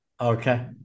Okay